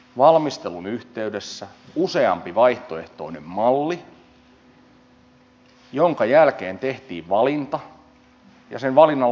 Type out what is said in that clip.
valmistelun yhteydessä useampi vaihtoehtoinen malli joiden jälkeen tehtiin valinta ja sen valinnan lopputulos on täällä